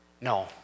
No